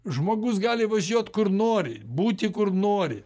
žmogus gali važiuot kur nori būti kur nori